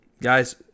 Guys